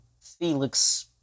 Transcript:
Felix-